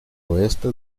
oeste